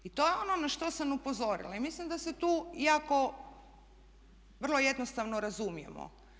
I to je ono na što sam upozorila i mislim da se tu iako vrlo jednostavno razumijemo.